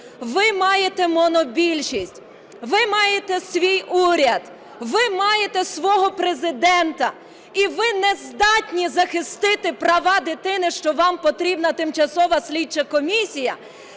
Ви маєте монобільшість, ви маєте свій уряд, ви маєте свого Президента і ви нездатні захистити права дитини, що вам потрібна тимчасова слідча комісія?